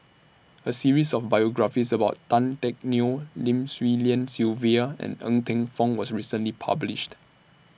A series of biographies about Tan Teck Neo Lim Swee Lian Sylvia and Ng Teng Fong was recently published